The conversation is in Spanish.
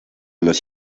los